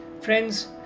Friends